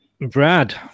Brad